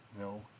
No